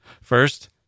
First